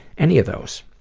any of those.